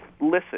listen